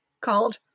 called